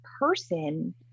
person